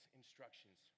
instructions